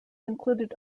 included